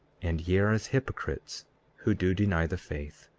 and ye are as hypocrites who do deny the faith.